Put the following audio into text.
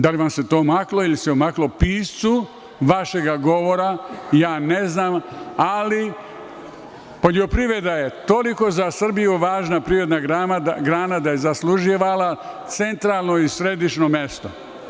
Da li vam se to omaklo ili se omaklo piscu vašeg govora, ja ne znam, ali poljoprivreda je toliko za Srbiju važna privredna grana da je zaslužila centralno i središno mesto.